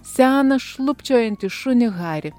seną šlubčiojantį šunį harį